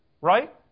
Right